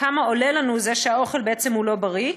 כמה עולה לנו זה שהאוכל בעצם הוא לא בריא.